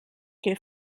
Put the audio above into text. que